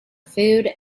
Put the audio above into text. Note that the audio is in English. food